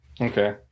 Okay